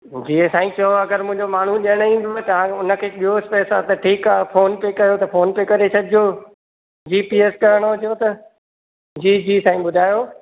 जीअं साईं चओ अगरि मुंहिंजो माण्हूं ॾियणु ईंदव तव्हांखे उनखे ॾियोसि पैसा त ठीकु आहे फोन पे कयो त फोन ते करे छॾिजो जी पी एस कराइणो हुजे त जी जी साईं ॿुधायो